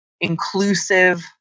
inclusive